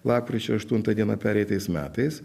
lapkričio aštuntą dieną pereitais metais